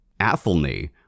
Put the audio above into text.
Athelney